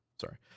Sorry